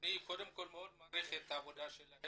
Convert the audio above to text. אני קודם כל מאוד מעריך את העבודה שלכם,